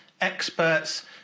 experts